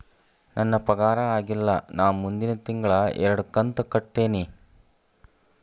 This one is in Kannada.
ನನ್ನ ಪಗಾರ ಆಗಿಲ್ಲ ನಾ ಮುಂದಿನ ತಿಂಗಳ ಎರಡು ಕಂತ್ ಕಟ್ಟತೇನಿ